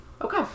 Okay